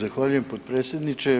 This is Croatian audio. Zahvaljujem potpredsjedniče.